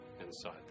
inside